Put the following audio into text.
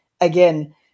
again